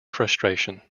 frustration